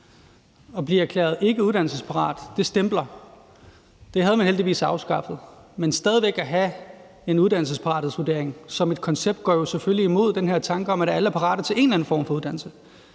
At blive erklæret for ikkeuddannelsesparat stempler en; det har man heldigvis afskaffet. Men stadig væk at have en uddannelsesparathedsvurdering som koncept går jo selvfølgelig imod den her tanke om, at alle er parate til en eller anden form for uddannelse.